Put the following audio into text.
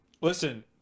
Listen